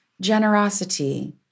Generosity